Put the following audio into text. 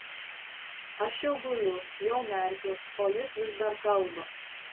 aš jau guliu jau merkiuos o jis vis dar kalba